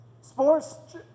Sports